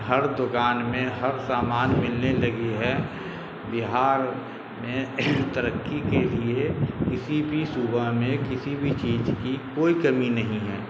ہر دکان میں ہر سامان ملنے لگی ہے بہار میں ترقی کے لیے کسی بھی صبح میں کسی بھی چیز کی کوئی کمی نہیں ہے